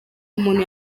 umuntu